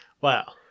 Wow